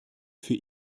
für